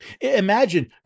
imagine